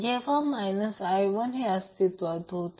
जेव्हा n हे अस्तित्वात होते